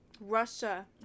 Russia